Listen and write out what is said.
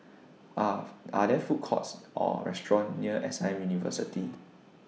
Are Are There Food Courts Or restaurants near S I University